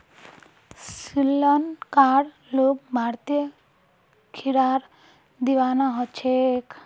श्रीलंकार लोग भारतीय खीरार दीवाना ह छेक